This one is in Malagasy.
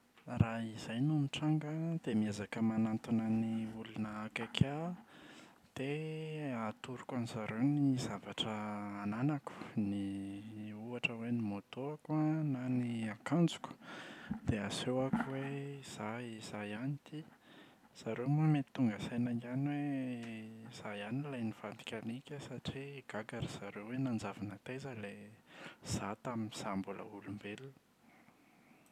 Raha izay no mitranga an dia miezaka manatona ny olona akaiky ahy aho, dia atoroko an’izareo ny zavatra ananako, ny ohatra hoe ny moto-ko na ny akanjoko dia asehoko hoe izaho- izaho ihany ity. Zareo moa mety tonga saina ihany hoe izaho ihany ilay nivadika alika satria gaga ry zareo hoe nanjavona taiza ilay, izaho tamin’izaho mbola olombelona.